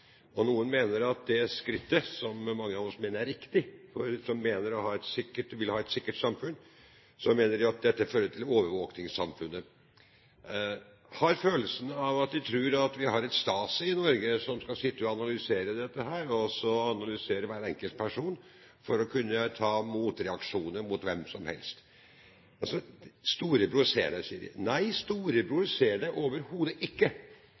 samfunnet. Noen mener at det skrittet som mange av oss mener er riktig – vi som vil ha et sikkert samfunn – vil føre til overvåkningssamfunnet. Jeg har følelsen av at de tror at vi har et Stasi i Norge som skal sitte og analysere hver enkelt person, for å kunne komme med motreaksjoner mot hvem som helst. «Storebror ser deg», sier de. Nei, Storebror ser deg overhodet ikke.